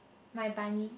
my bunny